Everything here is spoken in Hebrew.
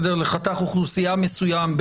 לחתך אוכלוסייה מסוים,